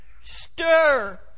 stir